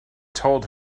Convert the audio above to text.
told